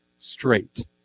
straight